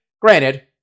Granted